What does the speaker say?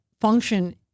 function